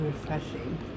refreshing